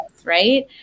Right